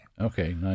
okay